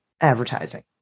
advertising